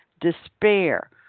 despair